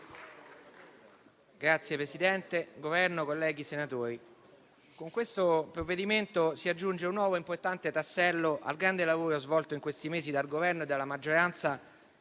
con questo provvedimento si aggiunge un nuovo importante tassello al grande lavoro svolto in questi mesi dal Governo e dalla maggioranza